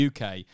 UK